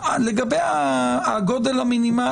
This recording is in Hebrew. לגבי הגודל המינימלי,